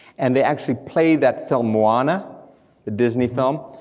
and they actually play that film ah moana, the disney film,